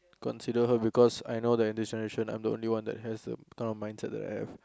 consider her because I know that in this generation I'm the only one that has the kind of mindset that I have